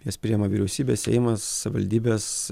jas priėma vyriausybė seimas savivaldybės